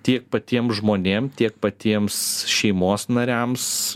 tiek patiem žmonėm tiek patiems šeimos nariams